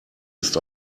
ist